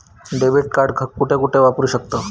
Debit card कुठे कुठे वापरू शकतव?